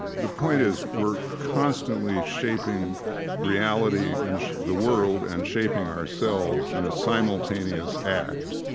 the point is we're constantly shaping reality and the world, and shaping ourselves in a simultaneous act.